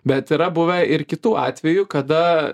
bet yra buvę ir kitų atvejų kada